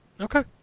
Okay